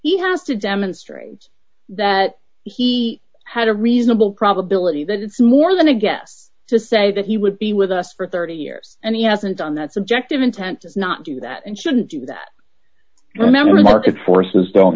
he has to demonstrate that he had a reasonable probability that it's more than a guess to say that he would be with us for thirty years and he hasn't on that subject of intent is not do that and shouldn't do that remember market forces don't